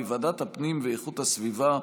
בוועדת הפנים ואיכות הסביבה,